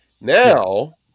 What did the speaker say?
Now